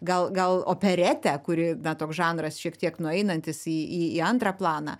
gal gal operetę kuri na toks žanras šiek tiek nueinantis į į antrą planą